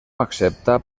accepta